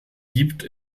gibt